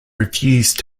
refused